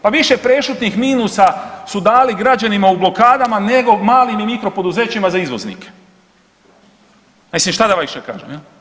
Pa više prešutnih minusa su dali građanima u blokadama nego malim i mikro poduzećima za izvoznike, mislim šta da vam više kažem.